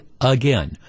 again